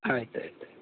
ಆಯ್ತು ಆಯ್ತು ಆಯ್ತು